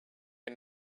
and